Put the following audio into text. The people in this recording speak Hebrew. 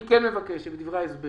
אני מבקש שבדברי ההסבר